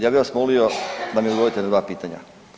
Ja bi vas molio da mi odgovorite na 2 pitanja.